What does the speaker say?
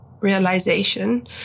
realization